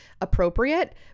appropriate